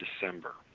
December